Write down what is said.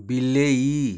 ବିଲେଇ